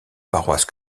paroisse